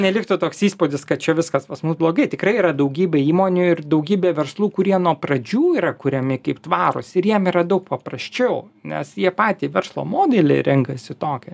neliktų toks įspūdis kad čia viskas pas mus blogai tikrai yra daugybė įmonių ir daugybė verslų kurie nuo pradžių yra kuriami kaip tvarūs ir jiem yra daug paprasčiau nes jie patį verslo modelį renkasi tokį